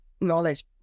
knowledge